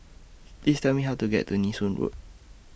Please Tell Me How to get to Nee Soon Road